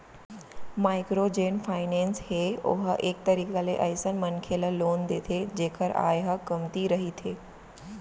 micro जेन finance हे ओहा एक तरीका ले अइसन मनखे ल लोन देथे जेखर आय ह कमती रहिथे